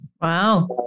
wow